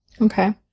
Okay